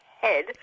head